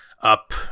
Up